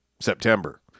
September